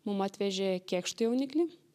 mum atvežė kėkšto jauniklį